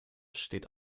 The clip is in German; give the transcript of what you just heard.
steht